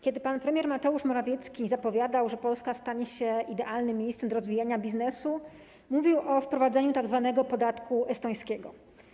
Kiedy pan premier Mateusz Morawiecki zapowiadał, że Polska stanie się idealnym miejscem do rozwijania biznesu, mówił o wprowadzeniu tzw. podatku estońskiego.